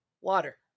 Water